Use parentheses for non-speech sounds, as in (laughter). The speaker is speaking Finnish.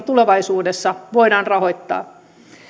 (unintelligible) tulevaisuudessa voidaan rahoittaa